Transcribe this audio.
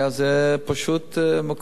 זה פשוט מקום,